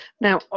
Now